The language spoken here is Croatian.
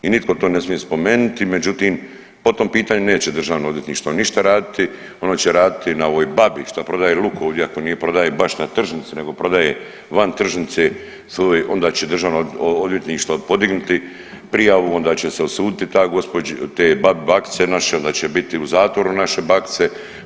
I nitko to ne smije spomenuti, međutim po tom pitanju neće državno odvjetništvo ništa raditi, ono će raditi na ovoj babi što prodaje luk ovdje, ako nije prodaje baš na tržnici nego prodaje van tržnice svoj onda će državno odvjetništvo podigniti prijavu, onda će se osuditi te bakice naše da će biti u zatvoru naše bakice.